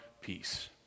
peace